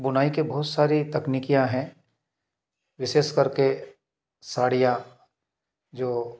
बुनाई के बहुत सारी तकनीकियाँ हैं विशेष कर के साड़ियाँ जो